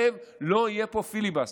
מתחייב: לא יהיה פה פיליבסטר.